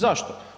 Zašto?